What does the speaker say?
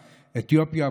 אתיופיה,